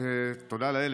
תודה לאל,